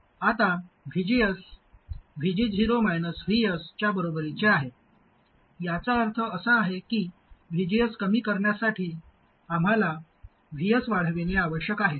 आता VGS VG0 Vs च्या बरोबरीचे आहे याचा अर्थ असा आहे की VGS कमी करण्यासाठी आम्हाला Vs वाढविणे आवश्यक आहे